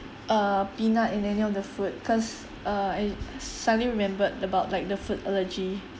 uh peanut in any of the food cause uh I suddenly remembered about like the food allergy